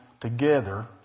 together